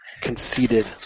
conceited